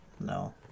No